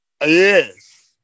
yes